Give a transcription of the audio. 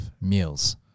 meals